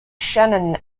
shannon